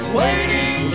waiting